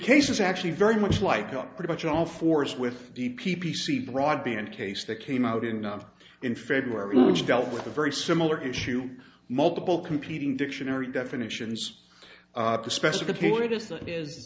case is actually very much like up pretty much all fours with the p p c broadband case that came out enough in february which dealt with a very similar issue multiple competing dictionary definitions